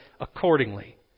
accordingly